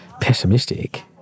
pessimistic